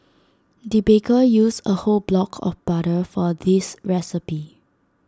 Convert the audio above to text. the baker used A whole block of butter for this recipe